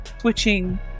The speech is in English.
switching